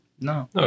no